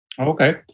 Okay